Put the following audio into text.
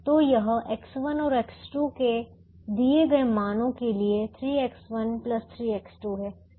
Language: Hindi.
तो यह X1 और X2 के दिए गए मानों के लिए 3X1 3X2 है जो कि 2 और 3 हैं